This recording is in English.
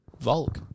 Volk